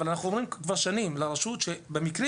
אבל אנחנו אומרים כבר שנים לרשות שבמקרים